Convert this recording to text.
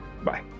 Bye